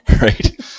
Right